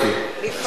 לפעמים.